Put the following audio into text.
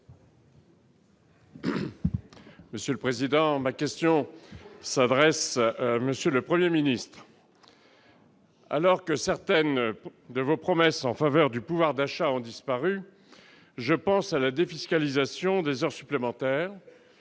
Républicains. Ma question s'adresse à M. le Premier ministre. Ah ! Alors que certaines de vos promesses en faveur du pouvoir d'achat ont disparu- je pense à la défiscalisation des heures supplémentaires